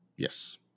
Yes